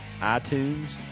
iTunes